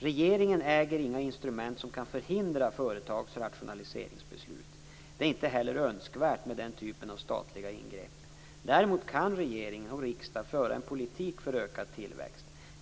Regeringen äger inga instrument som kan förhindra företagens rationaliseringsbeslut. Det är inte heller önskvärt med den typen av statliga ingrepp. Däremot kan regering och riksdag föra en politik för ökad tillväxt.